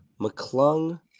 McClung